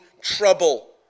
trouble